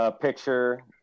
picture